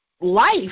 life